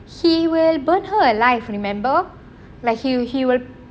he will burn her alive remember like he will he will